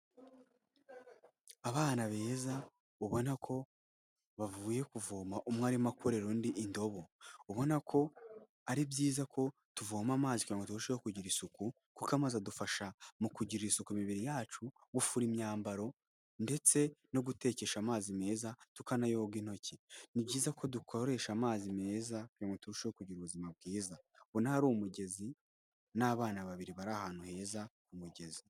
Abana beza ubona ko bavuye kuvoma umwe arimo akorera undi indobo. Ubona ko ari byiza ko tuvoma amazi kugira ngo turusheho kugira isuku. Kuko amazi adufasha mu kugirira isuku imibiri yacu, gufura imyambaro, ndetse no gutekesha amazi meza tukanayoga intoki. Ni byiza ko dukoresha amazi meza ngo turusheho kugira ubuzima bwiza. Ubona hari umugezi n'abana babiri bari ahantu heza ku mugezi.